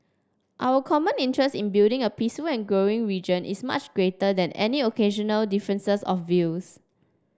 our common interest in building a peace and growing region is much greater than any occasional differences of views